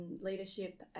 leadership